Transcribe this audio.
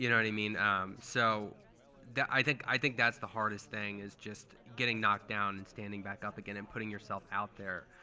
you know what i mean? so i think i think that's the hardest thing, is just getting knocked down and standing back up again and putting yourself out there